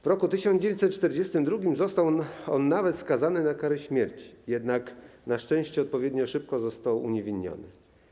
W roku 1942 został on nawet skazany na karę śmierci, jednak na szczęście odpowiednio szybko został uniewinniony.